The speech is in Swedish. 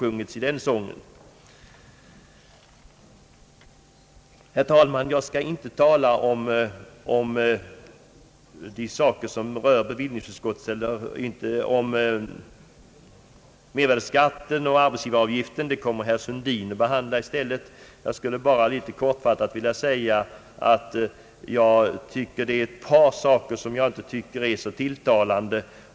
Jag skall inte tala om mervärdeskatten och arbetsgivaravgiften; herr Sundin kommer att göra det. Jag vill dock kortfattat nämna ett par saker som jag inte finner tilltalande.